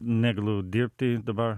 negalu dirbti dabar